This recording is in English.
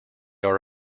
are